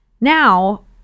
now